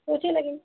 Kochi लगिल